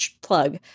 plug